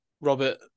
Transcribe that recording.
Robert